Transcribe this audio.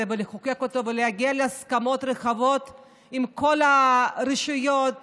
ולחוקק אותו ולהגיע להסכמות רחבות עם כל הרשויות,